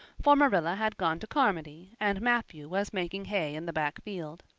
for marilla had gone to carmody and matthew was making hay in the back field.